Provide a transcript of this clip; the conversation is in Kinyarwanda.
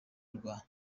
rwa